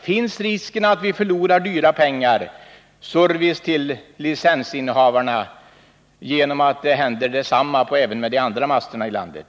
Finns risken att vi förlorar stora pengar och service till licensinnehavarna genom att detsamma händer även med de övriga masterna i landet?